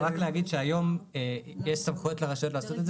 אבל רק להגיד יש סמכויות לרשויות לעשות את